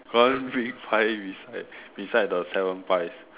one big pie beside beside the seven pies